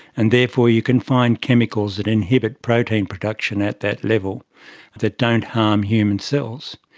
and therefore you can find chemicals that inhibit protein production at that level that don't harm human cells.